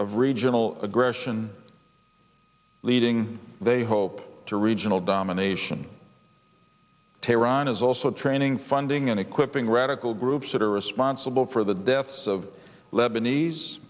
of regional aggression leading they hope to regional domination tehran is also training funding and equipping radical groups that are responsible for the deaths of lebanese